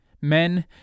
Men